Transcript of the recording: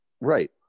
Right